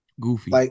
Goofy